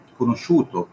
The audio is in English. conosciuto